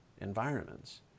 Environments